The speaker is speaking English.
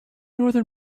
northern